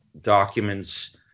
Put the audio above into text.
documents